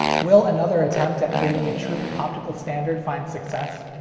will another attempt at creating a truly optical standard find success?